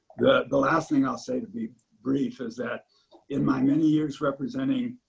the, the last thing i'll say to be brief, is that in my many years representing